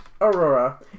Aurora